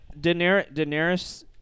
Daenerys